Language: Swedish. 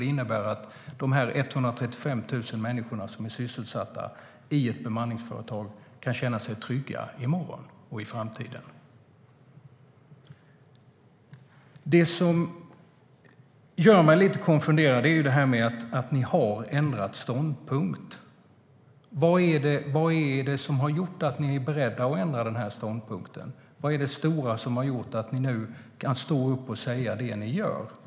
Det innebär att de 135 000 människorna som är sysselsatta i ett bemanningsföretag kan känna sig trygga i morgon och i framtiden. Det som gör mig lite konfunderad är att ni har ändrat ståndpunkt. Vad är det som har gjort att ni är beredda att ändra ståndpunkt? Vad är det som gör att ni kan stå och säga vad ni säger?